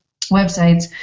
websites